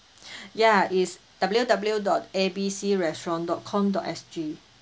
ya is W W dot A B C restaurant dot com dot SG